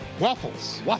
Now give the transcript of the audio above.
Waffles